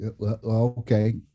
Okay